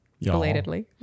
Belatedly